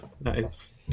Nice